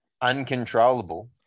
uncontrollable